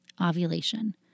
Ovulation